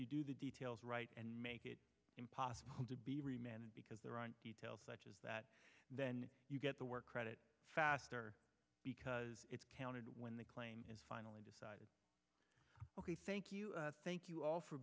you do the details right and make it impossible to be remanded because there aren't details such as that then you get the work credit faster because it's counted when the claim is finally decided ok thank you thank you all for